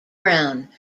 brown